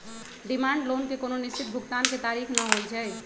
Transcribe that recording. demand loan के कोनो निश्चित भुगतान के तारिख न होइ छइ